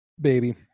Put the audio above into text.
baby